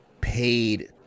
paid